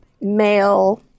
male